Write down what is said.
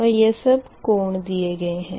और यह सब कोण दिए गए है